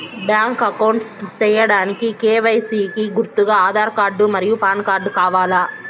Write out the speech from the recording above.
Bank account సేయడానికి KYC కి గుర్తుగా ఆధార్ కార్డ్ మరియు పాన్ కార్డ్ కావాలా?